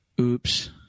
Oops